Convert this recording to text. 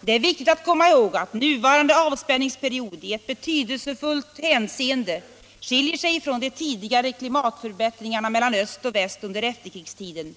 Det är viktigt att komma ihåg att nuvarande avspänningsperiod i ett betydelsefullt hänseende skiljer sig från de tidigare klimatförbättringarna mellan öst och väst under efterkrigstiden.